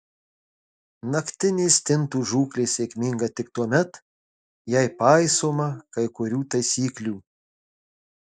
naktinė stintų žūklė sėkminga tik tuomet jei paisoma kai kurių taisyklių